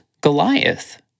Goliath